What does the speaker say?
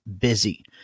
busy